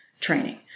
training